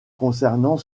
concernant